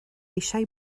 eisiau